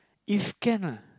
if can lah